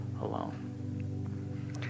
alone